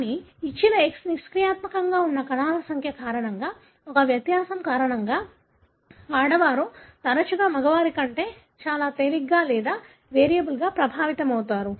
కానీ ఇచ్చిన X నిష్క్రియాత్మకంగా ఉన్న కణాల సంఖ్య కారణంగా ఒక వ్యత్యాసం కారణంగా ఆడవారు తరచుగా మగవారి కంటే చాలా తేలికగా లేదా వేరియబుల్గా ప్రభావితమవుతారు